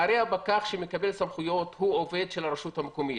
הרי הפקח שמקבל סמכויות הוא עובד של הרשות המקומית,